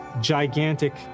gigantic